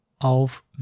auf